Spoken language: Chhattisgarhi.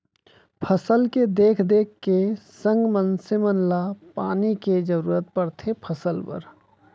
फसल के देख देख के संग मनसे मन ल पानी के जरूरत परथे फसल बर